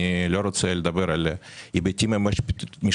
אני לא רוצה לדבר על ההיבטים המשפטיים,